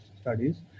studies